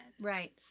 Right